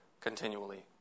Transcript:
continually